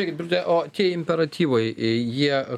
taigi birute o imperatyvai jie